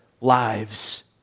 lives